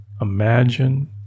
Imagine